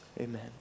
Amen